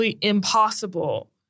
impossible